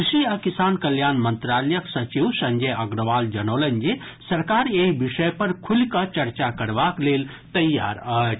कृषि आ किसान कल्याण मंत्रालयक सचिव संजय अग्रवाल जनौलनि जे सरकार एहि विषय पर खुलि कऽ चर्चा करबाक लेल तैयार अछि